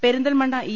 Perinthalmanna E